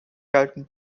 galten